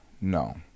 No